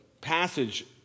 passage